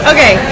Okay